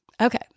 Okay